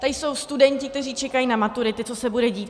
Tady jsou studenti, kteří čekají na maturity, co se bude dít.